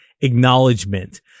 acknowledgement